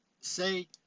say